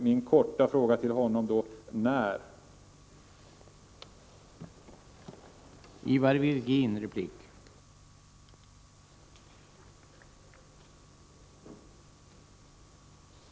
Min korta fråga till Ivar Virgin blir: När?